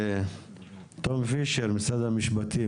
תום פישר, משרד המשפטים.